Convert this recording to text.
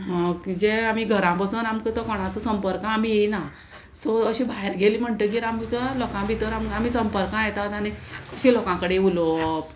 जे आमी घरा बसून आमकां तो कोणाचो संपर्क आमी येयना सो अशें भायर गेली म्हणटगीर आमकां जर लोकां भितर आमकां आमी संपर्कां येतात आनी अशें लोकां कडेन उलोवप